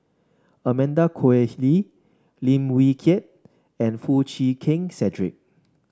Amanda Koe Lee Lim Wee Kiak and Foo Chee Keng Cedric